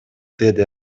деди